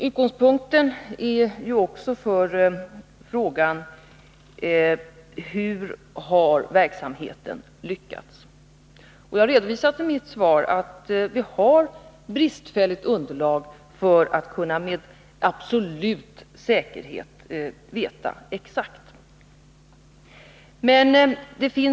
Utgångspunkten för frågan är också: Hur har verksamheten lyckats? Jag har i mitt svar redovisat att vi har ett för bristfälligt underlag för att kunna med absolut säkerhet veta exakt hur det ligger till.